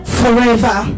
forever